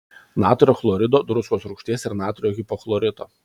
natrio chlorido druskos rūgšties ir natrio hipochlorito